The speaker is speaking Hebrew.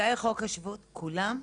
זכאי חוק השבות כולם,